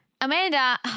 Amanda